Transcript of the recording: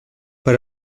per